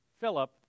Philip